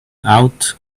out